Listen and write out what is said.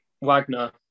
Wagner